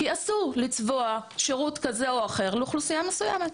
כי אסור לצבוע שירות כזה או אחר לאוכלוסייה מסוימת.